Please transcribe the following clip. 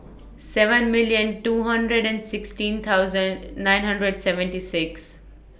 seven million two hundred and sixteen thousand nine hundred seventy six